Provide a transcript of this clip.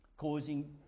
causing